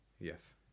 Yes